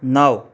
નવ